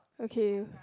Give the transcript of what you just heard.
okay